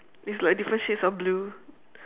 it's like different shades of blue